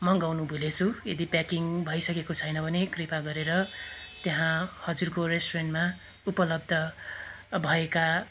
मगाउनु भुलेछु यदि प्याकिङ भइसकेको छैन भने कृपा गरेर त्यहाँ हजुरको रेस्टुरेन्टमा उपलब्ध भएका